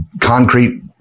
concrete